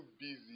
busy